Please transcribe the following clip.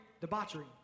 debauchery